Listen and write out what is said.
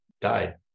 died